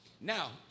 Now